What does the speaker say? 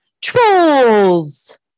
*Trolls*